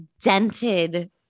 dented